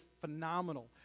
phenomenal